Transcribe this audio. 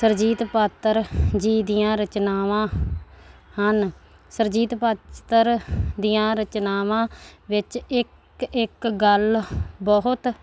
ਸੁਰਜੀਤ ਪਾਤਰ ਜੀ ਦੀਆਂ ਰਚਨਾਵਾਂ ਹਨ ਸੁਰਜੀਤ ਪਾਤਰ ਦੀਆਂ ਰਚਨਾਵਾਂ ਵਿੱਚ ਇੱਕ ਇੱਕ ਗੱਲ ਬਹੁਤ